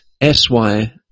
S-Y